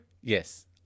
Yes